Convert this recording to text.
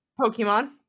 Pokemon